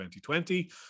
2020